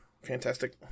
Fantastic